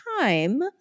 time